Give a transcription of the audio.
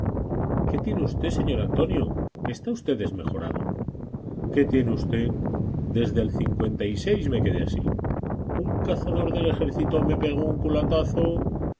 qué tiene usted señor antonio está usted desmejorado qué tiene usted desde el me quedé así un cazador del ejército me pegó un culatazo